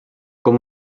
com